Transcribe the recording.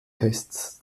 tests